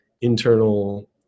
internal